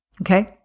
Okay